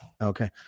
Okay